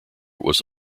was